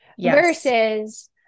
versus